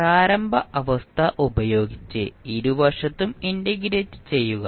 പ്രാരംഭ അവസ്ഥ ഉപയോഗിച്ച് ഇരുവശത്തും ഇന്റഗ്രേറ്റ് ചെയ്യുക